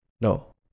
No